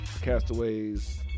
Castaways